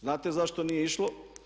Znate zašto nije išlo?